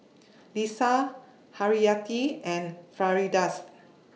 Lisa Haryati and Firdaus